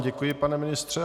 Děkuji vám, pane ministře.